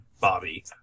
Bobby